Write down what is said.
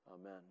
Amen